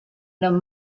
non